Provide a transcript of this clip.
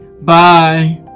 Bye